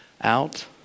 out